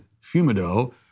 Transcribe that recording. Fumido